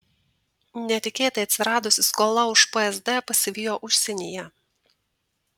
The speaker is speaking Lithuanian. netikėtai atsiradusi skola už psd pasivijo užsienyje